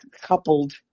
coupled